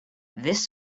this